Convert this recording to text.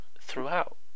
throughout